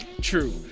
true